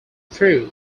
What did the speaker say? through